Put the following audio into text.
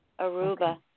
Aruba